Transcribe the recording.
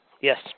Yes